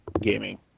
gaming